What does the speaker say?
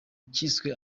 cyiswe